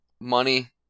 money